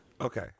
Okay